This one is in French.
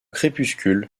crépuscule